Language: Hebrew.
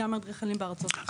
גם מאדריכלים בארצות אחרות.